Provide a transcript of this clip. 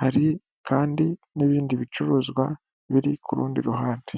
Hari kandi n'ibindi bicuruzwa biri ku rundi ruhande.